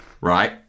right